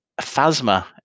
Phasma